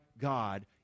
God